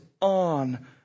on